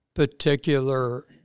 particular